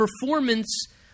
performance